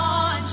on